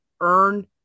earn